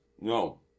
No